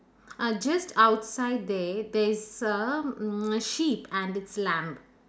uh just outside there there's a m~ sheep and it's lamb